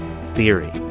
theory